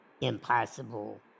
impossible